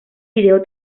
video